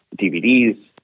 DVDs